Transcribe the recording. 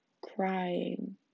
Crying